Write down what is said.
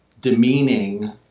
demeaning